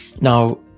Now